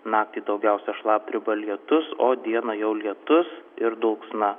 naktį daugiausia šlapdriba lietus o dieną jau lietus ir dulksna